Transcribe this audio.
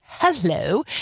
hello